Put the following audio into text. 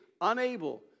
unable